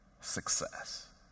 success